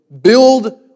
build